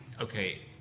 okay